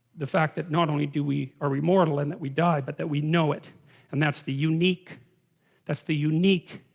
the fact that not only, do we are immortal and that we die but that, we know it and that's the unique that's the unique